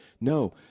No